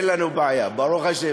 אין לנו בעיה, ברוך השם.